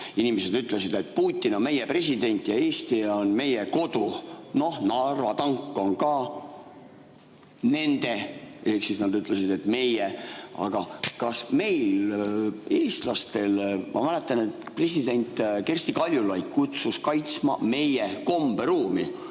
inimesed ütlesid: "Putin on meie president ja Eesti on meie kodu." Noh, Narva tank on ka nende. Ehk nad ütlesid "meie". Aga ma mäletan, et president Kersti Kaljulaid kutsus kaitsma meie komberuumi.